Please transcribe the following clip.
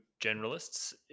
generalists